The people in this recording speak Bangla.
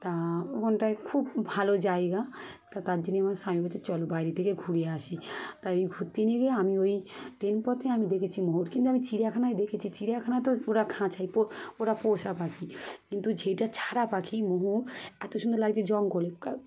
তা ওখনটায় খুব ভালো জায়গা তা তার জন্যই আমার স্বামী বলচ্ছে চলো বাইরে থেকে ঘুরে আসি তাই ওই ঘুরতে নিয়ে গিয়ে আমি ওই ট্রেন পথে আমি দেখেছি ময়ূর কিন্তু আমি চিড়িয়াখানায় দেখেছি চিড়িয়াখানা তো পুরো খাঁচায় পোরা ওরা পোষা পাখি কিন্তু যেইটা ছাড়া পাখি ময়ূর এত সুন্দর লাগে জঙ্গলে